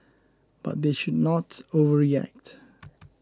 but they should not over yet